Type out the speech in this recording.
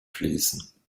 schließen